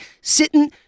sitting